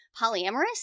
polyamorous